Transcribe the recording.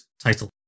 title